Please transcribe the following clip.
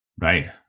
Right